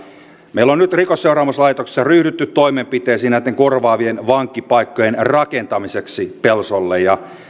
meillä on nyt rikosseuraamuslaitoksessa ryhdytty toimenpiteisiin näitten korvaavien vankipaikkojen rakentamiseksi pelsolle